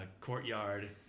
courtyard